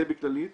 זה בכללי.